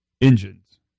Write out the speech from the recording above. engines